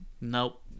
Nope